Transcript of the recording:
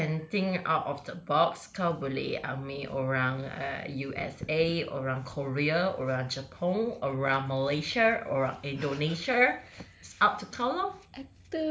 kau can think out of the box kau boleh ambil orang err U_S_A orang korea orang jepun orang malaysia orang indonesia it's up to kau lor